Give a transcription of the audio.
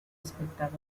espectador